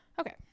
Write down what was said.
Okay